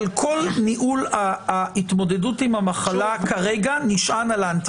אבל כל ניהול ההתמודדות עם המחלה כרגע נשען על אנטיגן.